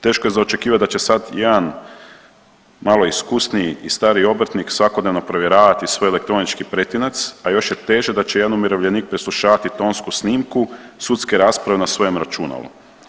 Teško je za očekivati da će sad jedan malo iskusniji i stariji obrtnik svakodnevno provjeravati svoj elektronički pretinac, a još je teže da će jedan umirovljenik preslušavati tonsku snimku sudske rasprave na svojem računalu.